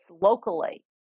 locally